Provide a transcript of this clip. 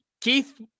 Keith